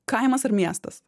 kaimas ar miestas